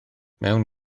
mewn